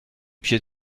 pied